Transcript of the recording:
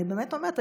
אני באמת אומרת,